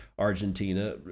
Argentina